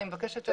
אני מבקשת,